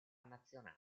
nazionale